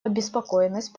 обеспокоенность